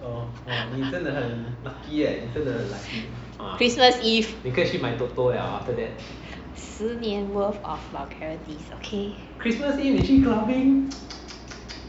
christmas eve 十年 worth of vulgarities okay